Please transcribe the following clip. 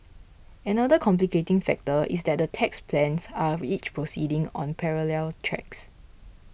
another complicating factor is that the tax plans are each proceeding on parallel tracks